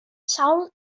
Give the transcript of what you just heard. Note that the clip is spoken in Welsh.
sawl